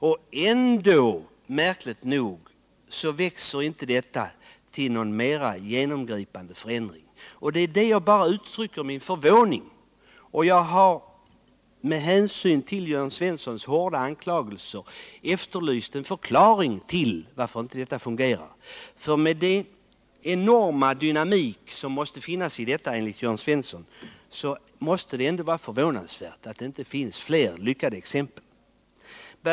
Och ändå blir det märkligt nog ingen genomgripande utökning av de samägda jordbrukens antal. Det är detta som jag uttrycker min förvåning över. Och jag har med hänsyn till Jörn Svenssons hårda anklagelser efterlyst en förklaring till varför detta inte fungerar. Med den enorma dynamik som enligt Jörn Svensson finns i denna brukningsform är det förvånande att det inte finns fler lyckade exempel.